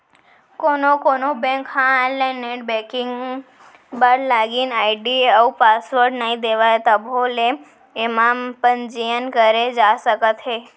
कोनो कोनो बेंक ह आनलाइन नेट बेंकिंग बर लागिन आईडी अउ पासवर्ड नइ देवय तभो ले एमा पंजीयन करे जा सकत हे